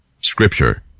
Scripture